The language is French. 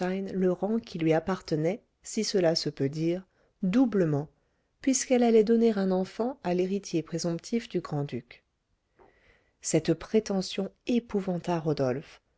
le rang qui lui appartenait si cela se peut dire doublement puisqu'elle allait donner un enfant à l'héritier présomptif du grand-duc cette prétention épouvanta rodolphe